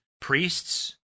priests